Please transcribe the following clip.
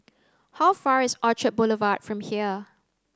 how far is Orchard Boulevard from here